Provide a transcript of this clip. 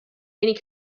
many